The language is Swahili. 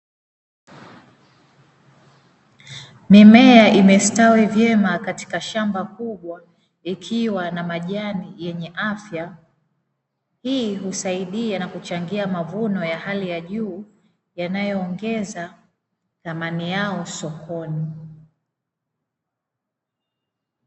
Mimea imestawi vyema katika shamba kubwa ikiwa na majani yenye afya. Hii husaidia na kuchangia mavuno ya hali ya juu yanayoongeza thamani yao sokoni.